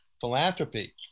philanthropy